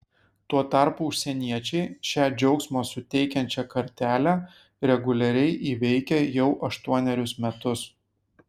tuo tarpu užsieniečiai šią džiaugsmo suteikiančią kartelę reguliariai įveikia jau aštuonerius metus